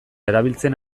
erabiltzen